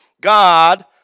God